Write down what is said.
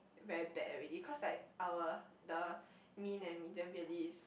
very bad already cause like our the mean and medium really is